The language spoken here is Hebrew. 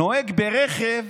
נוהג ברכב